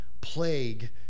plague